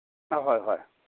ꯑ ꯍꯣꯏ ꯍꯣꯏ ꯍꯣꯏ